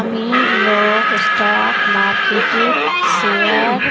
अमीर लोग स्टॉक मार्किटत शेयर